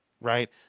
right